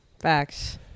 Facts